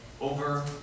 over